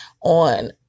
on